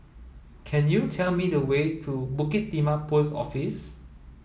can you tell me the way to Bukit Timah Post Office